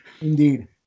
indeed